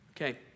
Okay